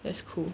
that's cool